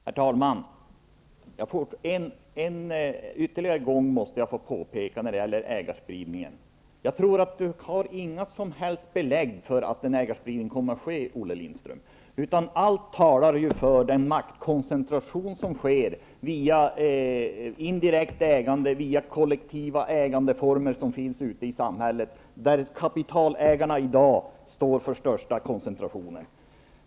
Herr talman! Ytterligare en gång måste jag få påpeka att jag tror att Olle Lindström inte har några som helst belägg för att en ägarspridning kommer att ske. Allt talar ju för den maktkoncentration som sker via indirekt ägande, via kollektiva ägarformer som finns ute i samhället, där kapitalägarna i dag står för den största koncentrationen.